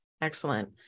Excellent